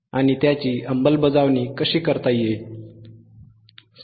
आणि त्याची अंमलबजावणी कशी करता येईल